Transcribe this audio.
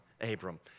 Abram